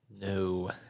No